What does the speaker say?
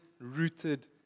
rooted